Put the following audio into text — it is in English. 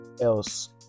else